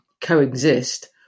coexist